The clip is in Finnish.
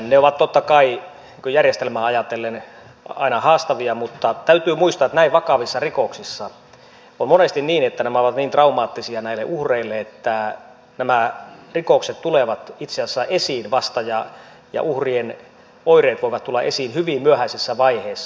ne ovat totta kai järjestelmää ajatellen aina haastavia mutta täytyy muistaa että näin vakavissa rikoksissa on monesti niin että nämä ovat niin traumaattisia näille uhreille että nämä rikokset ja uhrien oireet voivat tulla itse asiassa esiin vasta hyvin myöhäisessä vaiheessa